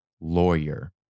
lawyer